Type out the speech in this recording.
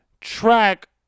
track